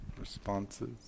Responses